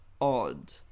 odd